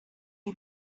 you